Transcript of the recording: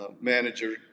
manager